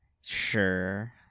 Sure